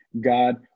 God